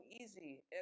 easy